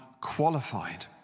qualified